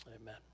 Amen